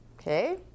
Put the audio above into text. okay